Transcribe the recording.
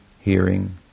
hearing